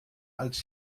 als